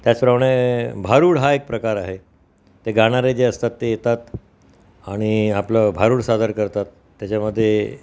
त्याचप्रमाणे भारूड हा एक प्रकार आहे ते गाणारे जे असतात ते येतात आणि आपलं भारूड सादर करतात त्याच्यामध्ये